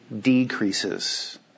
decreases